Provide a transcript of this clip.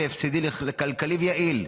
והפסדי לכלכלי ויעיל.